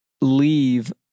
leave